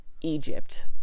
egypt